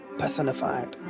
personified